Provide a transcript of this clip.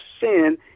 sin